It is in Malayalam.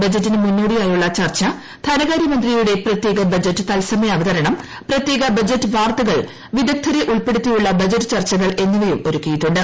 ബജറ്റിനു മുന്നോടിയായുള്ള ്ചൂർച്ച ധനകാര്യമന്ത്രിയുടെ പ്രത്യേക ബജറ്റ് തൽസമയം അവതര്യ്ക്ക് പ്രത്യേക ബഡ്ജറ്റ് വാർത്തകൾ വിദഗ്ദ്ധരെ ഉൾപ്പെടുത്കീയുള്ള ബഡ്ജറ്റ് ചർച്ചകൾ എന്നിവയും ഒരുക്കിയിട്ടുണ്ട്